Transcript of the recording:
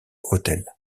autel